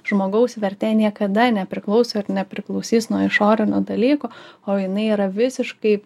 žmogaus vertė niekada nepriklauso ir nepriklausys nuo išorinių dalykų o jinai yra visiškai